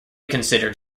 considered